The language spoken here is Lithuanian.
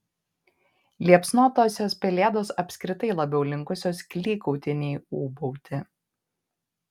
liepsnotosios pelėdos apskritai labiau linkusios klykauti nei ūbauti